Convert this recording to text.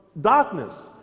darkness